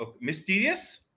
Mysterious